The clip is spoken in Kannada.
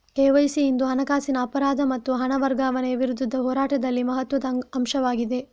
ಕೆ.ವೈ.ಸಿ ಇಂದು ಹಣಕಾಸಿನ ಅಪರಾಧ ಮತ್ತು ಹಣ ವರ್ಗಾವಣೆಯ ವಿರುದ್ಧದ ಹೋರಾಟದಲ್ಲಿ ಮಹತ್ವದ ಅಂಶವಾಗಿದೆ